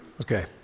Okay